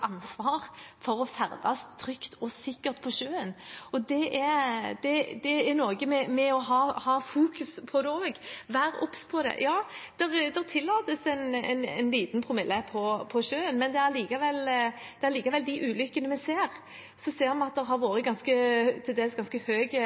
ansvar for å ferdes trygt og sikkert på sjøen, og det er noe med å fokusere på det også, være obs på det. Ja, det tillates en liten promille på sjøen, men likevel: I de ulykkene vi ser, har